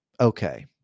okay